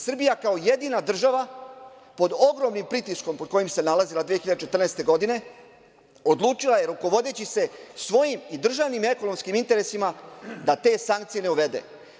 Srbija, kao jedina država pod ogromnim pritiskom pod kojim se nalazila 2014. godine, odlučila je rukovodeći se svojim i državnim ekonomskim interesima da te sankcije ne uvede.